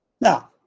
Now